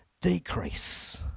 decrease